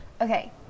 Okay